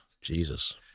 Jesus